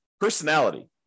personality